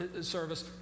service